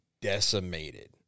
decimated